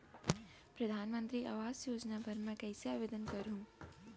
परधानमंतरी आवास योजना बर मैं कइसे आवेदन करहूँ?